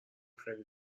خیلی